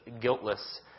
guiltless